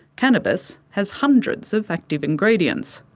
cannabis has hundreds of active ingredients.